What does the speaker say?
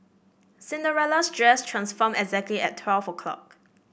Cinderella's dress transformed exactly at twelve o'clock